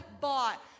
bought